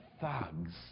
thugs